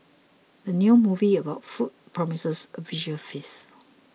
the new movie about food promises a visual feasts